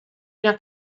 una